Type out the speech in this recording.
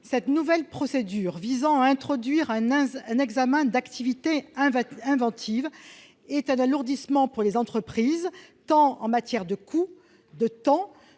Cette nouvelle procédure visant à introduire un examen d'activité inventive est un alourdissement pour les entreprises tant en matière de coûts, de temps